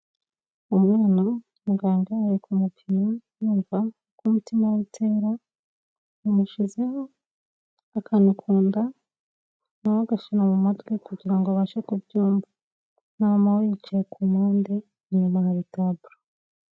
Umwana muganga ari ku kumupima yumva ko umutima we utera yamushyizeho akantu kunda nawe we agashyira mu matwi kugira ngo abashe kubyumva, na mama we yicaye kumpande inyuma hari taburo.